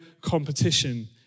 competition